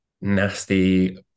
nasty